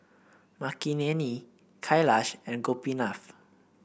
Makineni Kailash and Gopinath